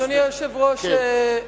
אדוני היושב-ראש,